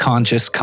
Conscious